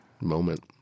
moment